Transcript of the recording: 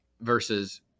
versus